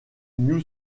new